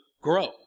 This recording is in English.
grow